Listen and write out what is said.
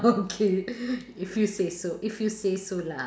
oh okay if you so if you say so lah